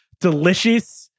Delicious